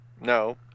No